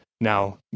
Now